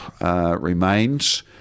remains